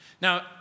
Now